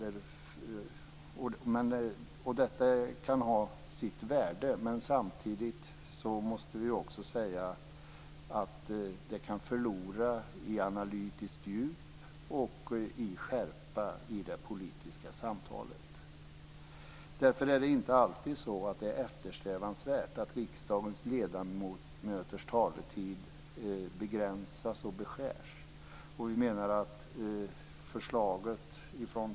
Detta kan ha sitt värde, men samtidigt måste vi säga att det politiska samtalet kan förlora i analytiskt djup och i skärpa. Därför är det inte alltid eftersträvansvärt att riksdagens ledamöters talartid begränsas och beskärs.